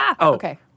Okay